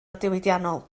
diwydiannol